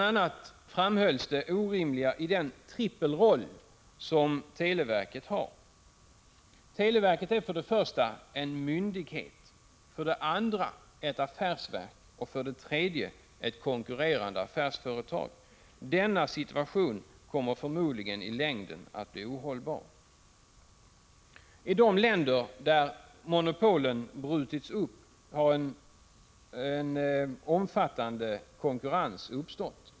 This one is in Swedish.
a. framhölls det orimliga i den trippelroll som televerket har. Televerket är för det första en myndighet, för det andra ett affärsverk och för det tredje ett konkurrerande affärsföretag. Denna situation kommer förmodligen i längden att bli ohållbar. I de länder där monopolen brutits upp har en omfattande konkurrens uppstått.